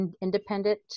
independent